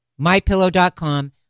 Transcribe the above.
MyPillow.com